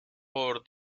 por